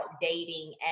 dating